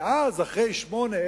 ואז אחרי 8,